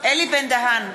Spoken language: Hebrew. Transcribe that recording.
אלי בן-דהן,